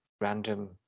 random